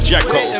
Jacko